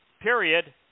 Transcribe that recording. period